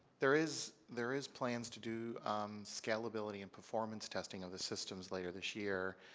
there is there is plans to do scale ability and performance testing of the systems later this year.